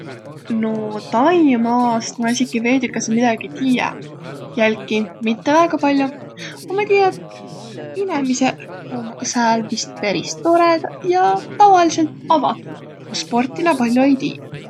No, Taimaast ma esiki veidükese midägi tiiä, jälki mitte väega pall'o, a ma tiiä, inemiseq ommaq sääl vist peris torõdaq ja tavalidsõlt avatuq, a sporti na pall'o ei tiiq.